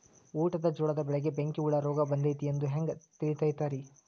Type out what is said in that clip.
ಊಟದ ಜೋಳದ ಬೆಳೆಗೆ ಬೆಂಕಿ ಹುಳ ರೋಗ ಬಂದೈತಿ ಎಂದು ಹ್ಯಾಂಗ ತಿಳಿತೈತರೇ?